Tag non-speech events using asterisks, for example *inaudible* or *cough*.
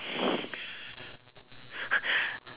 *laughs*